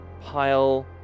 pile